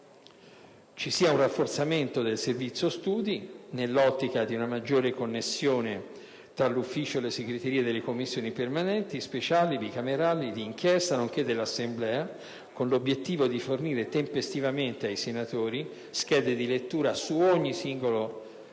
ci sia un rafforzamento del Servizio studi nell'ottica di una maggiore connessione tra il Servizio stesso e le segreterie delle Commissioni permanenti, speciali, bicamerali, di inchiesta, nonché dell'Assemblea, con l'obiettivo di fornire tempestivamente ai senatori schede di lettura su ogni singolo